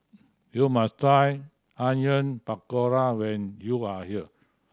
you must try Onion Pakora when you are here